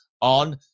on